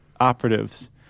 operatives